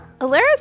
Alaris